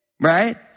right